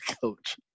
coach